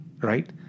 right